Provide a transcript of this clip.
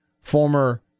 former